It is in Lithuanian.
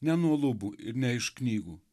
ne nuo lubų ir ne iš knygų